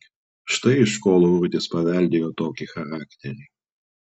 štai iš ko laurutis paveldėjo tokį charakterį